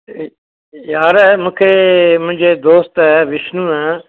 यार मूंखे मुंहिंजे दोस्त विष्णुअ